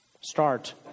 start